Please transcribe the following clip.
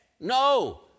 No